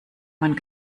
man